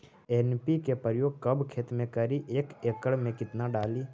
NPK प्रयोग कब खेत मे करि एक एकड़ मे कितना डाली?